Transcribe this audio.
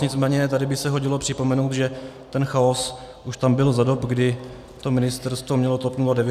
Nicméně tady by se hodilo připomenout, že ten chaos už tam byl za dob, kdy to ministerstvo mělo TOP 09.